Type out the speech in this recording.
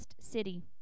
city